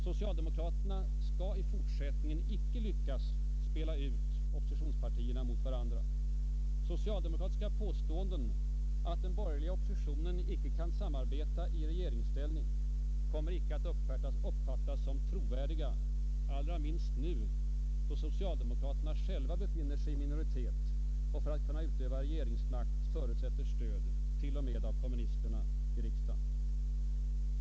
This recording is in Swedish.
Socialdemokraterna skall i fortsättningen icke lyckas spela ut oppositionspartierna mot varandra. Socialdemokratiska påståenden, att den borgerliga oppositionen icke kan samarbeta i regeringsställning, kommer icke att uppfattas som trovärdiga, allra minst nu, då socialdemokraterna själva befinner sig i minoritet och för att utöva regeringsmakten förutsätter stöd t.o.m. av kommunisterna i riksdagen.